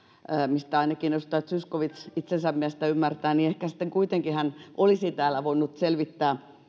mistä ainakin edustaja zyskowicz itsensä mielestä ymmärtää niin ehkä sitten kuitenkin hän olisi täällä voinut selvittää